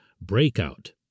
breakout